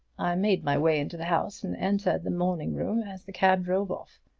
i made my way into the house and entered the morning room as the cab drove off.